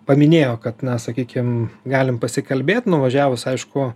paminėjo kad na sakykim galim pasikalbėt nuvažiavus aišku